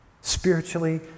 Spiritually